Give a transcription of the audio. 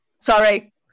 Sorry